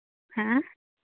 ऐं